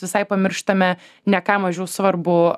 visai pamirštame ne ką mažiau svarbu